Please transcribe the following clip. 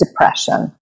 depression